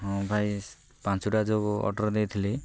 ହଁ ଭାଇ ପାଞ୍ଚଟା ଯେଉଁ ଅର୍ଡ଼ର୍ ଦେଇଥିଲି